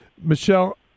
Michelle